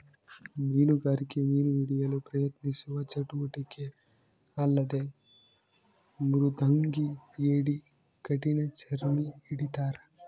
ಮೀನುಗಾರಿಕೆ ಮೀನು ಹಿಡಿಯಲು ಪ್ರಯತ್ನಿಸುವ ಚಟುವಟಿಕೆ ಅಲ್ಲದೆ ಮೃದಂಗಿ ಏಡಿ ಕಠಿಣಚರ್ಮಿ ಹಿಡಿತಾರ